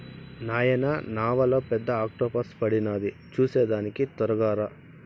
నాయనా నావలో పెద్ద ఆక్టోపస్ పడినాది చూసేదానికి తొరగా రా